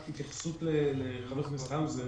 רק התייחסות לחבר הכנסת האוזר.